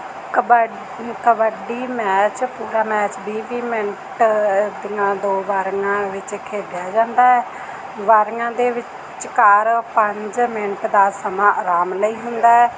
ਕਬੱ kabaddi match ਪੂਰਾ match ਵੀਹ ਵੀਹ ਮਿੰਟ ਦੀਆਂ ਦੋ ਵਾਰੀਆਂ ਵਿੱਚ ਖੇਡਿਆ ਜਾਂਦਾ ਹੈ ਵਾਰੀਆਂ ਦੇ ਵਿਚਕਾਰ ਪੰਜ ਮਿੰਟ ਦਾ ਸਮਾਂ ਆਰਾਮ ਲਈ ਹੁੰਦਾ